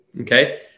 okay